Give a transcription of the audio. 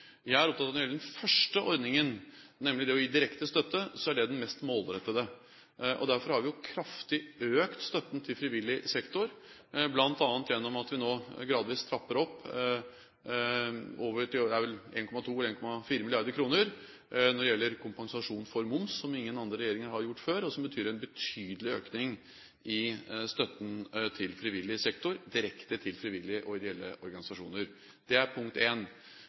det gjelder den første ordningen, nemlig det å gi direkte støtte, er det den mest målrettede. Derfor har vi økt støtten til frivillig sektor kraftig, bl.a. gjennom at vi nå gradvis trapper opp – det er vel 1,2 eller 1,4 mrd. kr – når det gjelder kompensasjon for moms, som ingen andre regjeringer har gjort før, og som betyr en betydelig økning i støtten til frivillig sektor, direkte til frivillige og ideelle organisasjoner. Det er punkt 1. Punkt 2 er jo at hvis det er et anbud, f.eks. på et fosterhjem, og en